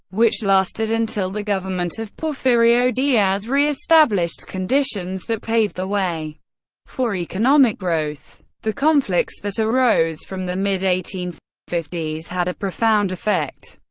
which lasted until the government of porfirio diaz reestablished conditions that paved the way for economic growth. the conflicts that arose from the mid eighteen fifty s had a profound effect,